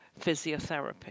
physiotherapy